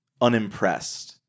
unimpressed